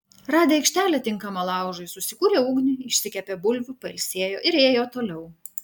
radę aikštelę tinkamą laužui susikūrė ugnį išsikepė bulvių pailsėjo ir ėjo toliau